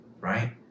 right